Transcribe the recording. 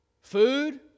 food